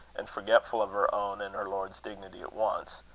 and forgetful of her own and her lord's dignity at once.